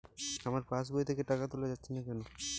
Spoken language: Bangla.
আমার পাসবই থেকে টাকা তোলা যাচ্ছে না কেনো?